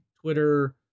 Twitter